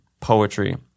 poetry